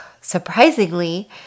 Surprisingly